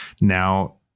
Now